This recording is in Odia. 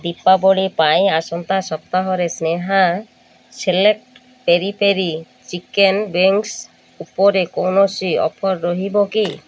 ଦୀପାବଳି ପାଇଁ ଆସନ୍ତା ସପ୍ତାହରେ Sneha select peri peri chicken wings ଉପରେ କୌଣସି ଅଫର୍ ରହିବ କି